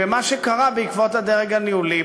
במה שקרה בעקבות הדרג הניהולי,